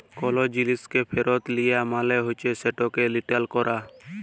call জিলিসকে ফিরত লিয়া মালে হছে সেটকে রিটার্ল ক্যরা